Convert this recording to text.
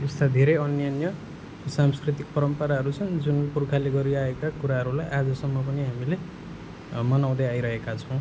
यस्ता धेरै अन्यान्य सांस्कृतिक परम्पारहरू छन् जुन पुर्खाले गरि आएका कुराहरूलाई आजसम्म पनि हामीले मनाउँदै आइरहेका छौँ